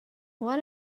what